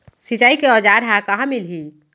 सिंचाई के औज़ार हा कहाँ मिलही?